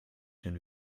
den